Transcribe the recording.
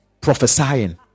prophesying